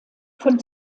von